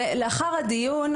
לאחר הדיון,